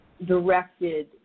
directed